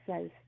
says